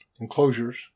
enclosures